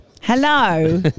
Hello